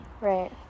Right